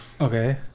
Okay